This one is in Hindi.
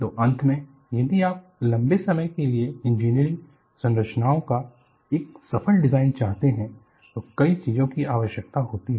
तो अंत में यदि आप लंबे समय के लिए इंजीनियरिंग संरचनाओं का एक सफल डिजाइन चाहते हैं तो कई चीजों की आवश्यकता होती है